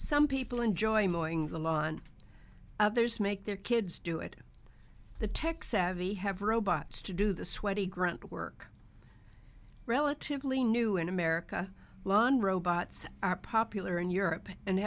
some people enjoy the law and others make their kids do it the tech savvy have robots to do the sweaty grunt work relatively new in america lawn robots are popular in europe and